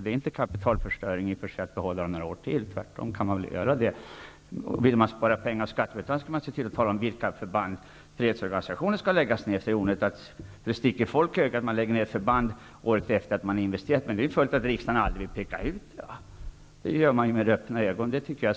Det är inte kapitalförstöring att behålla brigaderna några år till, tvärtom kan man göra det. Men vill man spara pengar åt skattebetalarna skall man säga vilka förband inom fredsorganisationen som skall läggas ned. Det sticker folk i ögonen om man lägger ner förband året efter det att man investerat, men det vill inte riksdagen peka ut i dag. Man gör detta med öppna ögon, och det tycker jag